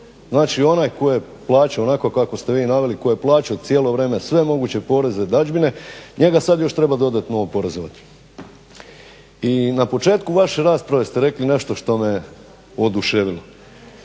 naveli, tko je plaćao cijelo vrijeme sve moguće poreze i dadžbine njega sad još treba dodatno oporezovati. I na početku vaše rasprave ste rekli nešto što me oduševilo,